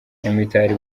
nyamitari